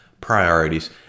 priorities